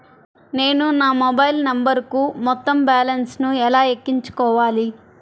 నేను నా మొబైల్ నంబరుకు మొత్తం బాలన్స్ ను ఎలా ఎక్కించుకోవాలి?